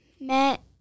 met